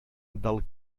del